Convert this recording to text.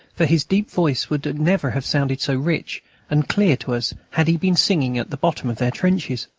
for his deep voice would never have sounded so rich and clear to us had he been singing at the bottom of their trenches.